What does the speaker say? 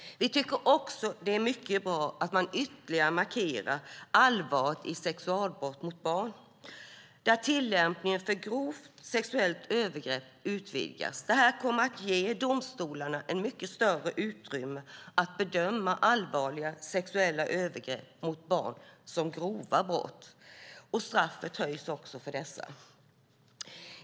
Vi tycker också att det är mycket bra att man ytterligare markerar allvaret i sexualbrott mot barn där tillämpningen av grovt sexuellt övergrepp utvidgas. Det kommer att ge domstolarna ett mycket större utrymme att bedöma allvarliga sexuella övergrepp mot barn som grova brott, och straffet för detta höjs också.